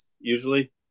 usually